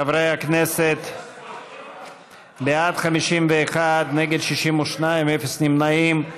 חברי הכנסת, בעד, 51, נגד, 62, אפס נמנעים.